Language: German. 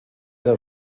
der